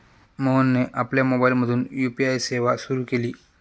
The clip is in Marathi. मोहनने आपल्या मोबाइलमधून यू.पी.आय सेवा सुरू केली